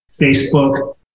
facebook